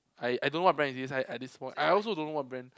I I don't know what brand is this at this point I also don't know what brand